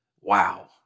Wow